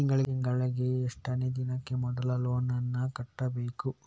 ತಿಂಗಳ ಎಷ್ಟನೇ ದಿನಾಂಕ ಮೊದಲು ಲೋನ್ ನನ್ನ ಕಟ್ಟಬೇಕು?